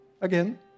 Again